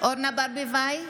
אורנה ברביבאי,